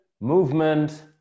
movement